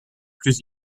plus